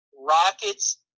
Rockets